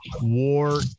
war